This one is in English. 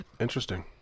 Interesting